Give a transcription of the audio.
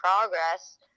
progress